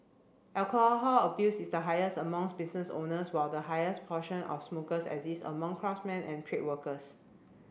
alcohol abuse is the highest among business owners while the highest portion of smokers exists among craftsmen and trade workers